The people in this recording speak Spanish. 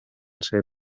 ser